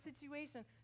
situation